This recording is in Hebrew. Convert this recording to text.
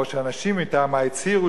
או שאנשים מטעמה הצהירו,